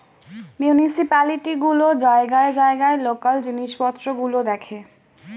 municipality গুলো জায়গায় জায়গায় লোকাল জিনিসপত্র গুলো দেখে